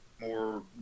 more